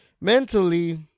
Mentally